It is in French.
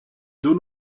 deux